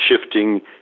shifting